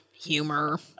humor